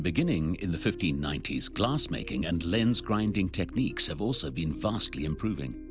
beginning in the fifteen ninety s, glass-making and lens-grinding techniques have also been vastly improving.